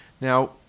Now